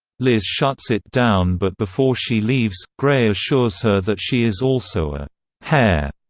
liz shuts it down but before she leaves, gray assures her that she is also a hair.